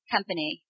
company